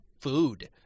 food